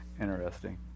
Interesting